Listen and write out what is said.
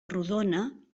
rodona